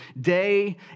day